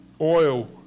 oil